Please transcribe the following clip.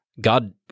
God